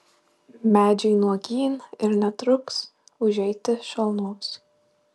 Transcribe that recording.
medžiai nuogyn ir netruks užeiti šalnos